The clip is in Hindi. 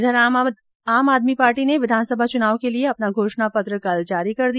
इधर आम आदमी पार्टी ने विधानसभा चुनाव के लिये अपना घोषणा पत्र कल जारी कर दिया